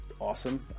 awesome